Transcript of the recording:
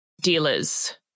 dealers